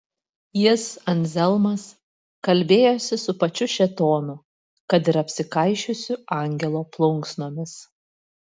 jis anzelmas kalbėjosi su pačiu šėtonu kad ir apsikaišiusiu angelo plunksnomis